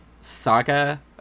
saga